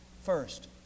First